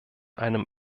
einem